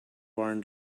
barn